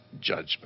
judgment